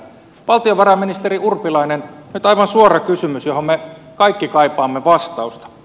valtiovarainministeri urpilainen nyt aivan suora kysymys johon me kaikki kaipaamme vastausta